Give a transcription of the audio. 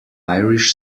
irish